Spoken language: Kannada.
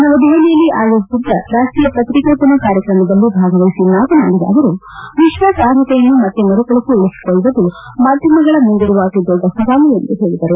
ನವದೆಹಲಿಯಲ್ಲಿ ಆಯೋಜಿಸಿದ್ದ ರಾಷ್ಷೀಯ ಪತ್ರಿಕಾ ದಿನ ಕಾರ್ಯಕ್ರಮದಲ್ಲಿ ಭಾಗವಹಿಸಿ ಮಾತನಾಡಿದ ಅವರು ವಿಶ್ವಾಸಾರ್ಹತೆಯನ್ನು ಮತ್ತೆ ಮರುಕಳಿಸಿ ಉಳಿಸಿಕೊಳ್ಳುವುದು ಮಾಧ್ಯಮಗಳ ಮುಂದಿರುವ ಅತಿ ದೊಡ್ಡ ಸವಾಲು ಎಂದು ಹೇಳದರು